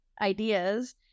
ideas